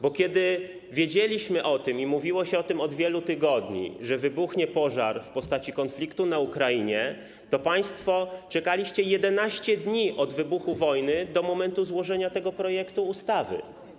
Bo kiedy wiedzieliśmy o tym, mówiło się o tym od wielu tygodni, że wybuchnie pożar w postaci konfliktu na Ukrainie, państwo czekaliście 11 dni od wybuchu wojny do momentu złożenia tego projektu ustawy.